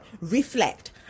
reflect